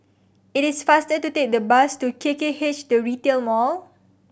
it is faster to take the bus to K K H The Retail Mall